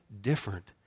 different